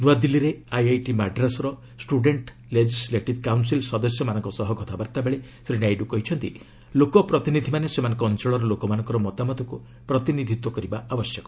ନ୍ମଆଦିଲ୍ଲୀରେ IIT ମାଡ୍ରାସ୍ର student legislative council ସଦସ୍ୟମାନଙ୍କ ସହ କଥାବାର୍ତ୍ତା ବେଳେ ଶ୍ରୀ ନାଇଡୁ କହିଛନ୍ତି ଲୋକପ୍ରତିନିଧିମାନେ ସେମାନଙ୍କ ଅଞ୍ଚଳର ଲୋକମାନଙ୍କ ମତାମତକୁ ପ୍ରତିନିଧିତ୍ୱ କରିବା ଆବଶ୍ୟକ